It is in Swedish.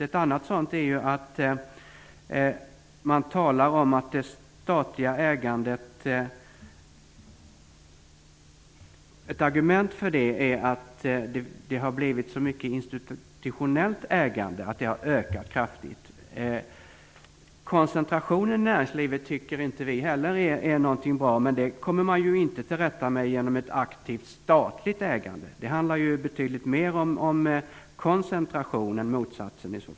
En annan sådan är att det talas om att ett argument för det statliga ägandet är att det institutionella ägandet har ökat kraftig. Koncentration i näringslivet tycker inte heller vi är bra, men det kommer man inte till rätta med genom ett aktivt statligt ägande. Det handlar ju betydligt mer om koncentration än motsatsen.